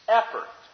effort